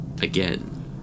Again